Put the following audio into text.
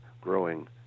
growing